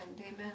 Amen